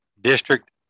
district